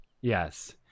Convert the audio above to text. Yes